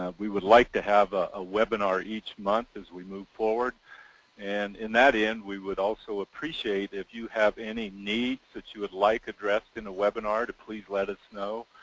we would like to have a webinar each month as we move forward and in that end we would also appreciate if you have any needs that you would like addressed in a webinar to please let us know.